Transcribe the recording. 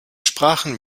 sprachen